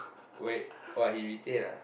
wait !wah! he retain ah